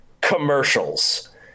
commercials